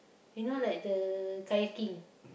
you know like the Kayaking